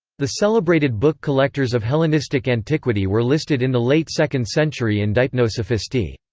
the celebrated book collectors of hellenistic antiquity were listed in the late second century in deipnosophistae.